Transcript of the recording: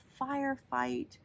firefight